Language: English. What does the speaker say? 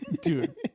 Dude